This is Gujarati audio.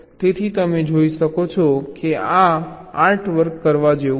તેથી તમે જોઈ શકો છો કે આ એક આર્ટવર્ક કરવા જેવું છે